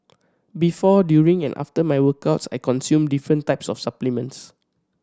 before during and after my workouts I consume different types of supplements